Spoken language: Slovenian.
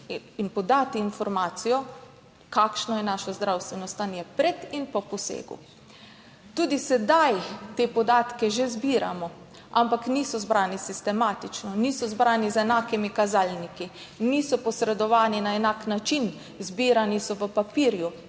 in podati informacijo, kakšno je naše zdravstveno stanje pred in po posegu. Tudi sedaj te podatke že zbiramo, ampak niso zbrani sistematično, niso zbrani z enakimi kazalniki, niso posredovani na enak način, zbirani so v papirju,